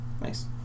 Nice